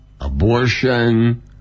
abortion